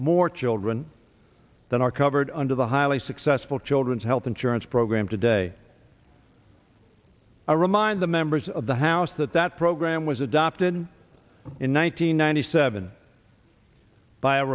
more children than are covered under the highly successful children's health insurance program today i remind the members of the house that that program was adopted in one thousand nine hundred seven by a